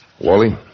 Wally